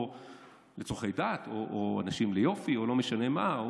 או לצורכי דת או ליופי או לא משנה מה,